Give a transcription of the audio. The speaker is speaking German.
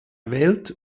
welt